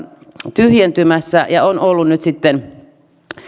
tyhjentymässä ja on ollut nyt sitten